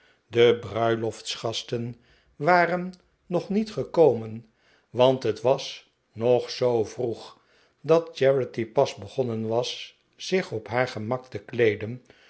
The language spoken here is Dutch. de bruiloftsgasten waren nog niet gekomen want het was nog zoo vroeg dat charity pas begonnen was zich op haar gemak te kleeden